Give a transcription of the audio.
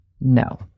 no